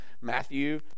Matthew